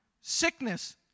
Sickness